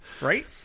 Right